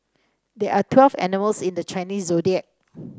there are twelve animals in the Chinese Zodiac